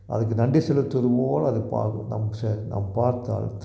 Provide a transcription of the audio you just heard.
அதுக்கு நன்றி செலுத்துவது போல் அதை பார்க்கும் நம் சே நாம் பார்த்தால்